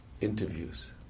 interviews